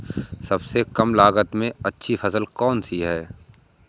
सबसे कम लागत में अच्छी फसल कौन सी है?